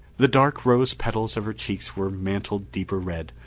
the dark rose-petals of her cheeks were mantled deeper red,